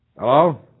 Hello